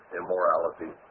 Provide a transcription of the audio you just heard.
immorality